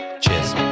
Cheers